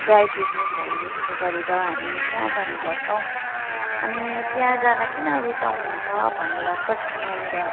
dry पिकनिकहरू जस्तो गरेर हामी त्यहाँ जाने गर्छौँ अनि त्या जान किन रुचाउनुहुन्छ भनेर प्रश्न यहाँनिर